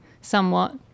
somewhat